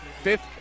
fifth